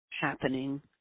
happening